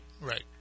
right